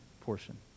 portion